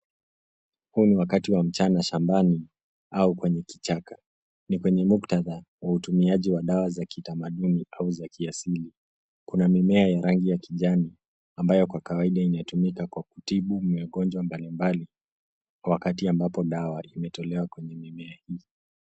Huu ni wakati wa mchana shambani au kwenye kichaka , Ni kwenye muktadha ya utumiaji wa dawa za kitamaduni ,au za kiasili .Kuna mimea ya rangi ya kijani ambayo kwa kawaida inatumika kwa kutibu ya magonjwa mbali mbali ,kwa wakati ambao dawa imetolewa kwenye mimea hii.